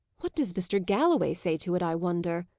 what does mr. galloway say to it, i wonder?